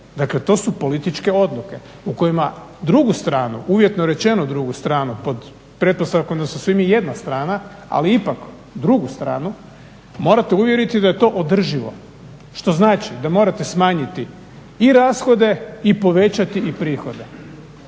Dakle, to su političke odluke u kojima drugu stranu, uvjetno rečeno drugu stranu pod pretpostavkom da smo svi mi jedna strana, ali ipak drugu stranu morate uvjeriti da je to održivo što znači da morate smanjiti i rashode i povećati i prihode.